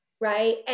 Right